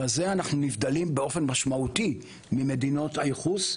בזה אנחנו נבדלים באופן משמעותי ממדינות הייחוס.